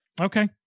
Okay